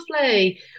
lovely